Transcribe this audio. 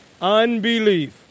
Unbelief